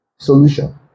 Solution